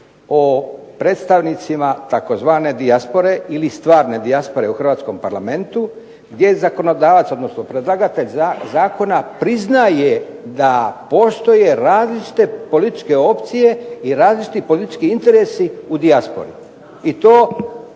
o predstavnicima tzv. dijaspore ili stvarne dijaspore u hrvatskom Parlamentu gdje zakonodavac, odnosno predlagatelj zakona priznaje da postoje različite političke opcije i različiti politički interesi u dijaspori